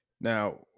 now